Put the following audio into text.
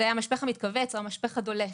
המשפך המתכווץ הוא המשפך הדולף,